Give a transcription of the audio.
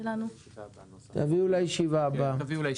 תייצרו מעבר